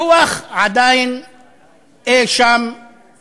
הדוח עדיין במרתפים,